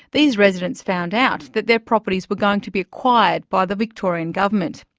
these residents found out that their properties were going to be acquired by the victorian government.